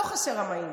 לא חסרים רמאים.